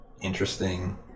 interesting